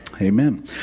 Amen